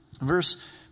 Verse